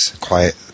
quiet